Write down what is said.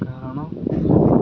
କାରଣ